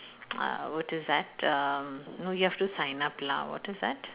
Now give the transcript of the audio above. uh what is that um no you have to sign up lah what is that